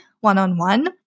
one-on-one